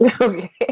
Okay